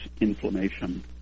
inflammation